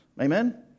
Amen